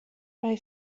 bei